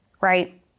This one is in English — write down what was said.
right